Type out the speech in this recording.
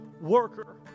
worker